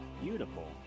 Beautiful